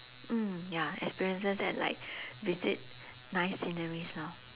mm ya experiences and like visit nice sceneries lor